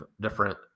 different